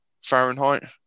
Fahrenheit